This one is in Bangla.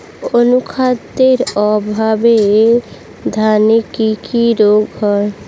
অনুখাদ্যের অভাবে ধানের কি কি রোগ হয়?